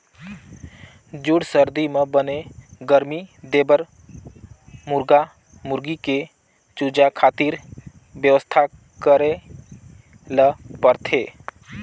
जूड़ सरदी म बने गरमी देबर मुरगा मुरगी के चूजा खातिर बेवस्था करे ल परथे